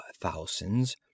thousands